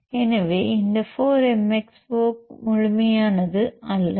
எனவே இந்த 4 MXO முழுமையானது அல்ல